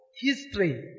history